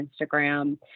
Instagram